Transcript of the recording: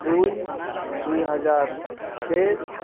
ᱫᱩᱭ ᱫᱩᱭᱦᱟᱡᱟᱨ ᱛᱮᱭᱤᱥ